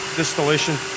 distillation